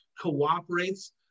cooperates